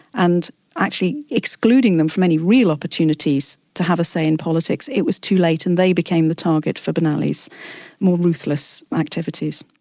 and actually excluding them from any real opportunities to have a say in politics, it was too late, and they became the target for ben ali's more ruthless activities.